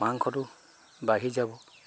মাংসটো বাঢ়ি যাব